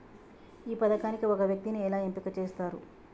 ఈ పథకానికి ఒక వ్యక్తిని ఎలా ఎంపిక చేస్తారు?